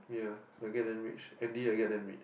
ya like get them rich Andy I get damn rich